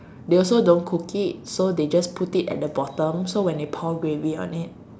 they also don't cook it so they just put it at the bottom so when they pour gravy on it